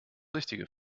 richtige